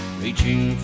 reaching